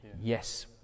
yes